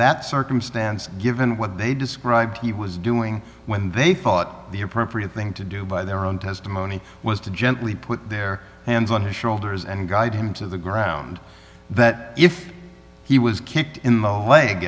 that circumstance given what they described he was doing when they thought the appropriate thing to do by their own testimony was to gently put their hands on his shoulders and guide him to the ground that if he was kicked in the